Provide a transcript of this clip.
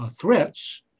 threats